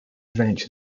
avenge